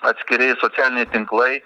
atskiri socialiniai tinklai